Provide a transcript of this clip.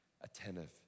attentive